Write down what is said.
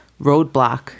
roadblock